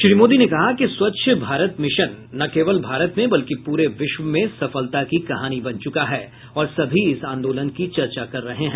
श्री मोदी ने कहा कि स्वच्छ भारत मिशन न केवल भारत में बल्कि पूरे विश्व में सफलता की कहानी बन चुका है और सभी इस आंदोलन की चर्चा कर रहे हैं